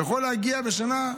זה יכול להגיע בשנה,